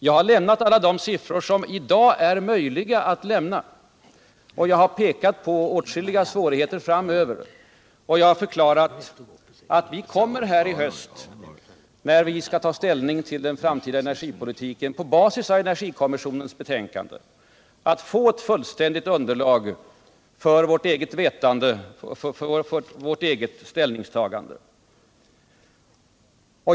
Jag har lämnat alla de siffror som det i dag är möjligt att lämna, jag har pekat på åtskilliga svårigheter framöver och jag har förklarat att vi i höst, när vi skall ta ställning till den framtida energipolitiken på basis av energikommissionens betänkande, kommer att få ett fullständigt underlag för vårt eget vetande och vårt eget ställningstagande.